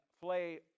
play